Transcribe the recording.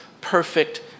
perfect